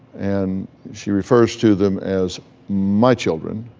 and she refers to them as my children,